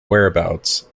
whereabouts